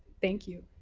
thank you.